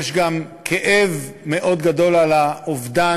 יש גם כאב מאוד גדול על האובדן,